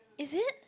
is it